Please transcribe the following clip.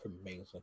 amazing